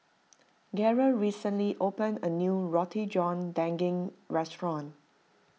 Garey recently opened a new Roti John Daging restaurant